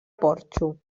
porxo